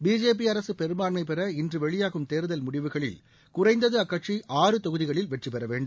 BJP அரசு பெரும்பான்மை பெற இன்று வெளியாகும் தேர்தல் முடிவுகளில் குறைந்தது அக்கட்சி ஆறு தொகுதிகளில் வெற்றி பெற வேண்டும்